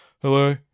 hello